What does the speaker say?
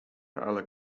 ale